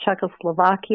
Czechoslovakia